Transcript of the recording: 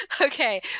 okay